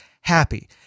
happy